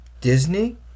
Disney